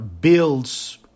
builds